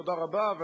תודה רבה.